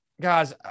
guys